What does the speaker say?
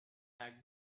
packed